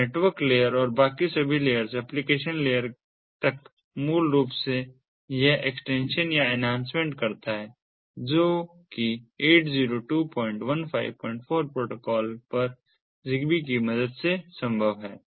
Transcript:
तो network layer और बाकी सभी लेयर्स एप्लीकेशन लेयर तक मूल रूप से यह एक्सटेंशन या एन्हांसमेंट करता है जोकि 802154 प्रोटोकॉल पर ZigBee की मदद से संभव है